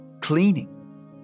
cleaning